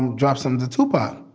and jopson the two pi.